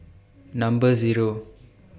Number Zero